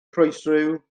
croesryw